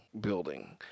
building